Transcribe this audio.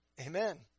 Amen